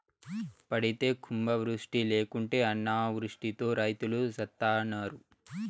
పడితే కుంభవృష్టి లేకుంటే అనావృష్టితో రైతులు సత్తన్నారు